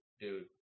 dude